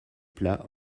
plats